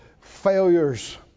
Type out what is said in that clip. failures